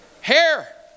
Hair